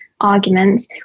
arguments